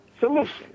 solution